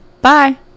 bye